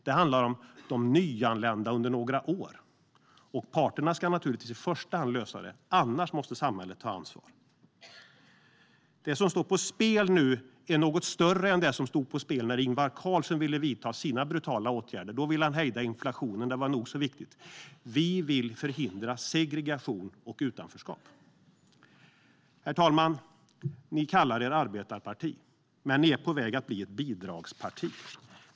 Det handlar om de nyanlända under några år. Parterna ska naturligtvis i första hand lösa det, annars måste samhället ta ansvar. Det som står på spel nu är större än det som stod på spel när Ingvar Carlsson ville vidta sina brutala åtgärder. Då ville han hejda inflationen, och det var nog så viktigt. Men vi vill förhindra segregation och utanförskap. Herr talman! Ni kallar er ett arbetarparti, Socialdemokraterna, men ni är på väg att bli ett bidragsparti.